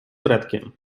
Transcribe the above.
fredkiem